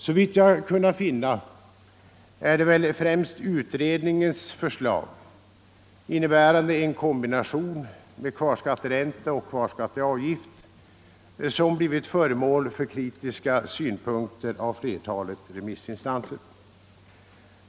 Såvitt jag har kunnat finna är det väl främst utredningens förslag innebärande en kombination med kvarskatteränta och kvarskatteavgift, som blivit föremål för kritiska synpunkter från flertalet remissinstanser.